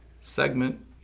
segment